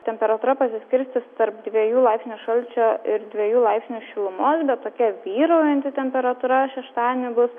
temperatūra pasiskirstys tarp dviejų laipsnių šalčio ir dviejų laipsnių šilumos tokia vyraujanti temperatūra šeštadienį bus